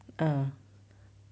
ah